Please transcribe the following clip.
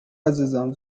عزیزم